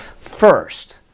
first